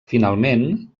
finalment